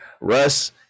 Russ